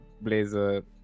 blazer